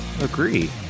agree